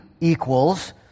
equals